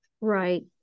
Right